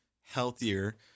healthier